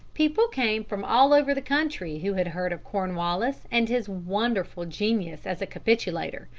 people came from all over the country who had heard of cornwallis and his wonderful genius as a capitulator.